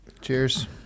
Cheers